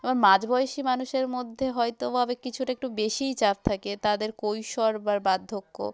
এবং মাঝ বয়েসি মানুষের মধ্যে হয়তো ওভাবে কিছুটা একটু বেশিই চাপ থাকে তাদের কৈশোর আবার বার্ধক্য